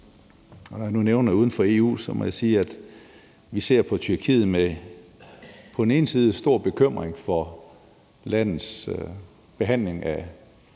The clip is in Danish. EU. Når jeg nu nævner uden for EU, må jeg sige, at vi ser på Tyrkiet med på den ene side stor bekymring for landets behandling af